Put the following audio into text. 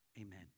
amen